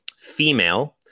female